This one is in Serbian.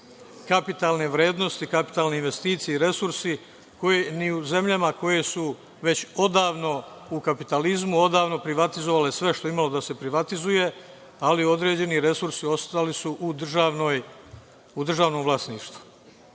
kapitalne vrednosti, kapitalne investicije i resurse koji ni u zemljama koje su već odavno u kapitalizmu, odavno privatizovale sve što je imalo da se privatizuje, ali određeni resursi ostali su u državnom vlasništvu,